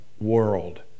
world